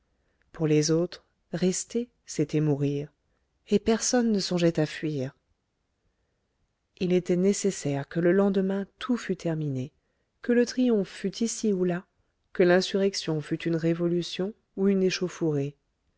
pour les autres rester c'était mourir et personne ne songeait à fuir il était nécessaire que le lendemain tout fût terminé que le triomphe fût ici ou là que l'insurrection fût une révolution ou une échauffourée